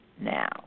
now